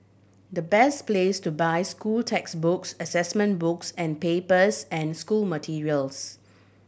the best place to buy school textbooks assessment books and papers and school materials